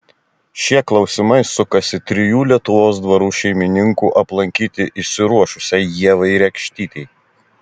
šie klausimai sukasi trijų lietuvos dvarų šeimininkų aplankyti išsiruošusiai ievai rekštytei